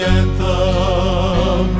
anthem